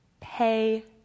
Pay